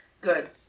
Good